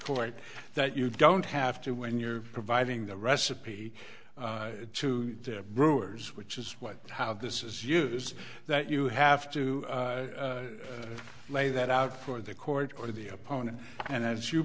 court that you don't have to when you're providing the recipe to the brewers which is what how this is used is that you have to lay that out for the court or the opponent and as you